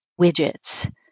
widgets